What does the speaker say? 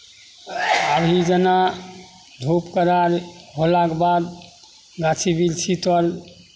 अभी जेना धूप कड़ा होलाके बाद गाछी वृक्षी तर